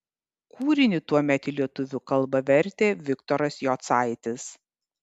kūrinį tuomet į lietuvių kalbą vertė viktoras jocaitis